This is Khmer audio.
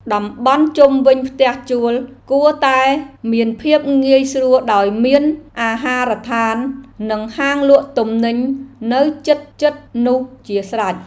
តំបន់ជុំវិញផ្ទះជួលគួរតែមានភាពងាយស្រួលដោយមានអាហារដ្ឋាននិងហាងលក់ទំនិញនៅជិតៗនោះជាស្រេច។